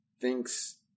thinks